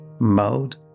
mode